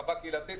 בהרחבה קהילתית,